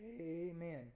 Amen